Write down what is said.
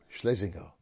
Schlesinger